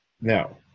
now